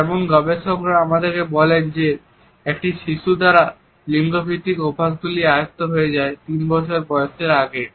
যেমন গবেষকরা আমাদেরকে বলেন যে একটি শিশু দ্বারা লিঙ্গভিত্তিক অভ্যাসগুলি আয়ত্ত হয়ে যায় তিন বছর বয়সের আগেই